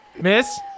miss